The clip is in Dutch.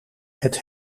het